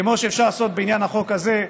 כמו שאפשר לעשות בעניין החוק הזה,